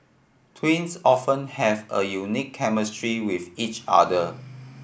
twins often have a unique chemistry with each other